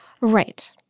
Right